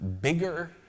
bigger